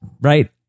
Right